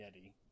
Yeti